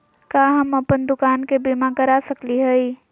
का हम अप्पन दुकान के बीमा करा सकली हई?